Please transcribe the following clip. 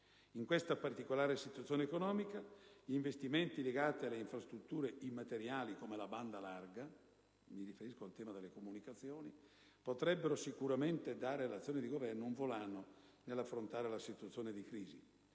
In questa particolare situazione economica, gli investimenti legati alle infrastrutture immateriali, come la banda larga - mi riferisco al settore della comunicazione - potrebbero sicuramente dare all'azione di governo un volano nell'affrontare la situazione di crisi.